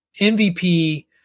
MVP